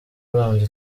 banza